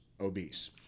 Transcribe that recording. obese